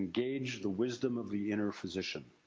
engage the wisdom of the inner physician.